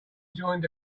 joined